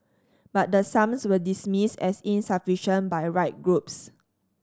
but the sums were dismissed as insufficient by right groups